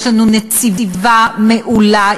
יש לנו נציבה מעולה.